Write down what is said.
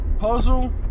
Puzzle